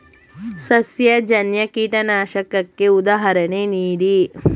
ಸಸ್ಯಜನ್ಯ ಕೀಟನಾಶಕಕ್ಕೆ ಉದಾಹರಣೆ ನೀಡಿ?